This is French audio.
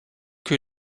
que